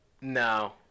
No